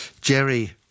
Jerry